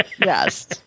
Yes